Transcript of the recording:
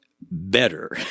better